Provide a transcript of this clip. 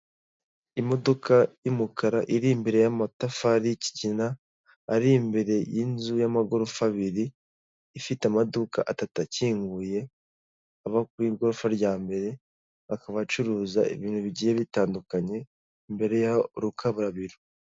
Imodoka y'umukara iri imbere y'matafari kigina, ari imbere y'inzu yamagorofa abiri, ifite amaduka atatu akinguye, ava ku igorofa rya mbere akaba acuruza ibintu bigiye bitandukanye imbere yaho hari urukaburabiro.